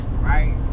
right